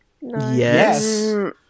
Yes